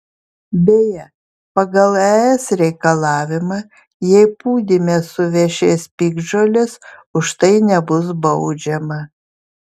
beje pagal es reikalavimą jei pūdyme suvešės piktžolės už tai nebus baudžiama